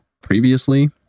previously